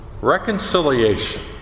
reconciliation